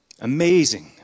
Amazing